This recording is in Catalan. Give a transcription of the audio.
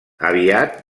aviat